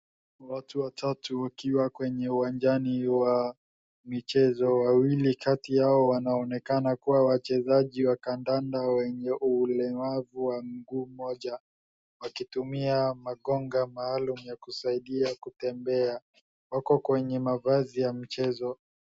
Watu watatu wakiwa kwenye uwanjani wa michezo , wawili kati yao wanaonekana kuwa wachezaji wa kandanda wenye ulemavu wa mguu mmoja wakitumia magonga maalumu ya kusaidia kutembea , wako kwenye mavazi ya mchezo .